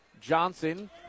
Johnson